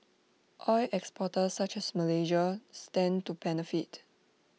oil exporters such as Malaysia stand to benefit